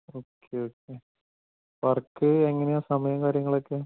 okay okay work എങ്ങനെയാണ് സമയവും കാര്യങ്ങളുമൊക്കെ